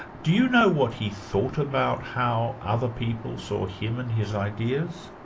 do you know what he thought about how other people saw him and his ideas?